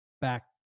back